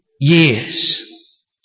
years